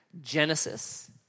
Genesis